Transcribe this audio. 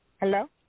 Hello